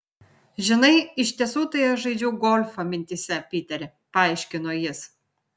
žinai iš tiesų tai aš žaidžiau golfą mintyse piteri paaiškino jis